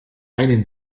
einen